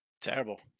terrible